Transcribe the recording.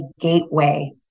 gateway